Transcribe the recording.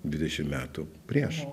dvidešim metų prieš